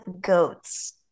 goats